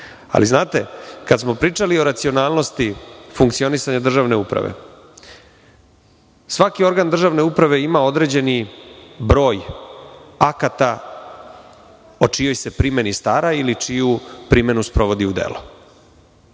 politike. Kada smo pričali o racionalnosti funkcionisanja državne uprave, svaki organ državne uprave ima određeni broj akata o čijoj se primeni stara ili čiju primenu sprovodi u